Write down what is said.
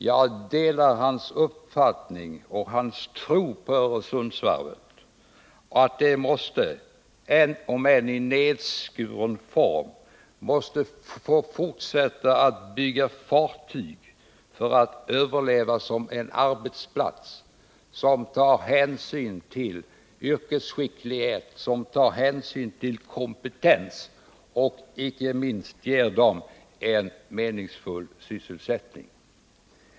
Jag delar hans uppfattning om och hans tro på Öresundsvarvet — det måste, om än i nedskuren form, få fortsätta att bygga fartyg för att överleva som en arbetsplats som tar hänsyn till yrkesskicklighet, som tar hänsyn till kompetens och som inte minst ger de anställda en meningsfull sysselsättning.